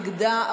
נגדה,